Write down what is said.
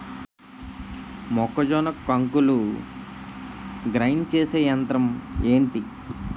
మొక్కజొన్న కంకులు గ్రైండ్ చేసే యంత్రం ఏంటి?